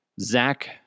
Zach